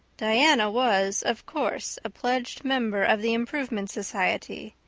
diana was, of course, a pledged member of the improvement society,